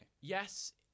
Yes